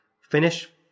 finish